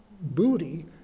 booty